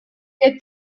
què